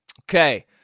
Okay